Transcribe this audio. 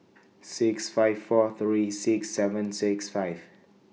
six five four three six seven six five